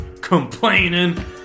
complaining